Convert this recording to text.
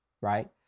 right